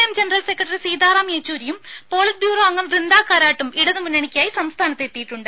M general secretary Sitaram യെച്ചൂരിയും politburo അംഗം വൃന്ദകാരാട്ടും ഇടതുമുന്നണിയ്ക്കായി സംസ്ഥാനത്തെത്തിയിട്ടുണ്ട്